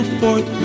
forth